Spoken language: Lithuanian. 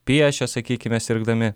piešia sakykime sirgdami